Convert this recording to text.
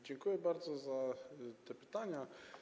Dziękuję bardzo za te pytania.